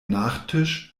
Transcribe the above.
nachtisch